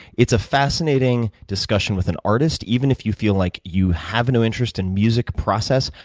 it's a fascinating discussion with an artist. even if you feel like you have no interest in music process,